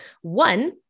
One